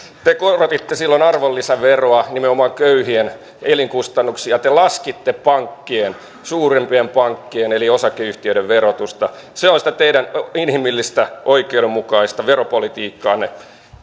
te korotitte silloin arvonlisäveroa nimenomaan köyhien elinkustannuksia te laskitte pankkien suurimpien pankkien eli osakeyhtiöiden verotusta se on sitä teidän inhimillistä oikeudenmukaista veropolitiikkaanne